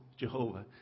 Jehovah